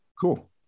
Cool